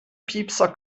piepser